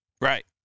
Right